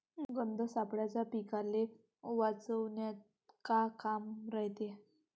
गंध सापळ्याचं पीकाले वाचवन्यात का काम रायते?